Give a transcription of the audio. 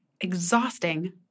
exhausting